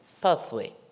pathway